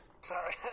Sorry